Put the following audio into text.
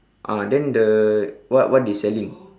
ah then the what what they selling